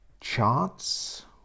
charts